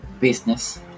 Business